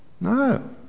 No